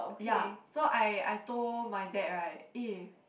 ya so I I told my dad right eh